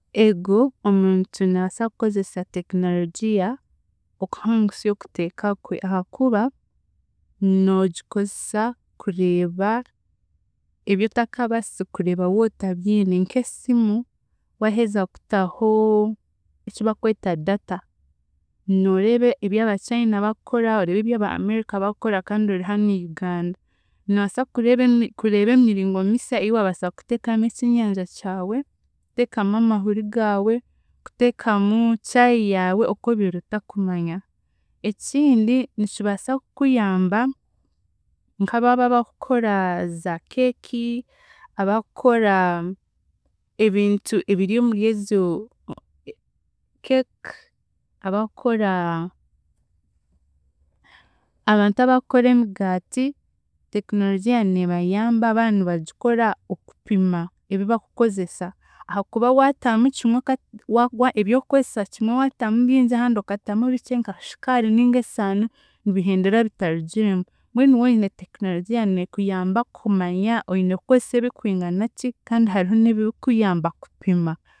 Eego omuntu naabaasa kukozesa tekinorogia okuhangusa okuteeka kwe ahaakuba, noogikozesa kureeba ebi otakaabaasa kureeba wootabiine nk'esimu, waaheza kutaho ekibakweta data, nooreeba ebi aba China bakukora, oreeba ebi aba America bakukora kandi ori hanu Uganda. Noobaasa kureeba emi- kureeba emiringo misa ei waabaasa kuteekamu ekyenyanja kyawe, kuteekamu mahuri gaawe, kuteekamu chai yaawe oku obiire otakumanya, ekindi nikibaasa kukuyamba nk'aba aba abakukora za cake, abakukora ebintu ebiri omuryegyo cake, abakukora abantu abakukora emigaati, tekinorogia neebayamba ba ni bagikora okupima ebi bakukozesa ahaakuba waatamu kimwe wa- wa- ebyokukozesa kimwe waatamu bingi ahandi okatamu bikye nka shukaari ninga esaano, nibihendera bitarugiremu, mbwenu woine tekinorogia neekuyamba kumanya oine kukozesa ebikwinganaki kandi hariho n'ebikukuyamba kupima.